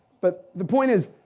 but the point is,